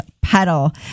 Petal